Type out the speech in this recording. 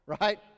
right